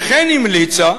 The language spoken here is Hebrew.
וכן המליצה,